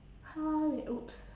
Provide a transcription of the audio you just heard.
halle~ !oops!